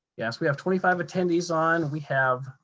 yes, we have twenty five attendees on. we have,